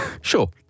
Sure